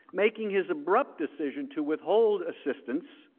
making his abrupt decision to withhold assistance